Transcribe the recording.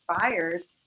buyers